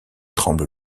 tremble